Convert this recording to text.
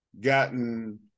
gotten